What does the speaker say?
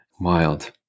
Wild